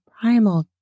primal